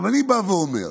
אני אומר,